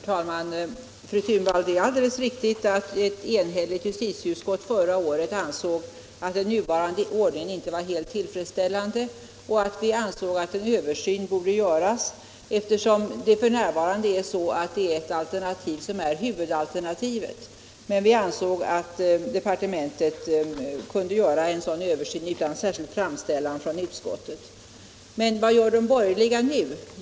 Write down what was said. Herr talman! Det är alldeles riktigt att ett enhälligt justitieutskott förra året ansåg att den nuvarande ordningen inte var helt tillfredsställande och att en översyn borde göras, eftersom det f. n. är så att ett alternativ är huvudalternativet. Vi ansåg att departementet kunde göra en sådan översyn utan särskild framställan från utskottet. Men vad gör de borgerliga nu?